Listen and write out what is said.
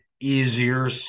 easier